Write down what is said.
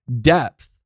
depth